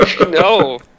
No